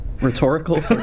rhetorical